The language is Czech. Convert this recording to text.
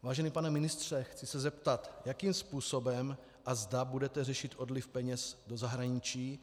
Vážený pane ministře, chci se zeptat, jakým způsobem a zda budete řešit odliv peněz do zahraničí.